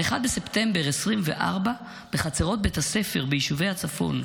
בטח ב-1 בספטמבר 2024 בחצרות בית הספר ביישובי הצפון,